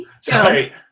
sorry